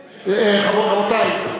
רבותי,